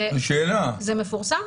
זה מפורסם.